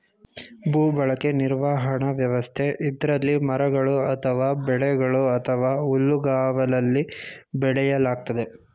ಭೂಬಳಕೆ ನಿರ್ವಹಣಾ ವ್ಯವಸ್ಥೆ ಇದ್ರಲ್ಲಿ ಮರಗಳು ಅಥವಾ ಬೆಳೆಗಳು ಅಥವಾ ಹುಲ್ಲುಗಾವಲಲ್ಲಿ ಬೆಳೆಯಲಾಗ್ತದೆ